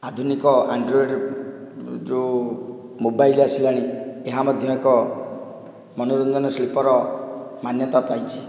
ଆଧୁନିକ ଆନଡ୍ରଏଡ଼ ଯେଉଁ ମୋବାଇଲ ଆସିଲାଣି ଏହା ମଧ୍ୟ ଏକ ମନୋରଞ୍ଜନ ଶିଳ୍ପର ମାନ୍ୟତା ପାଇଛି